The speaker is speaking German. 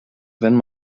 wenn